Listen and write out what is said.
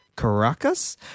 Caracas